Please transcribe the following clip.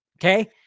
okay